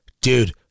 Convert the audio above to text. dude